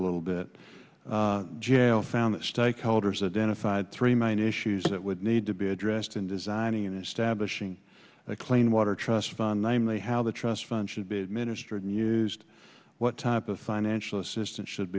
a little bit jael found that stakeholders identified three main issues that would need to be addressed in designing establishing the clean water trust fund namely how the trust fund should be administered and used what type of financial assistance should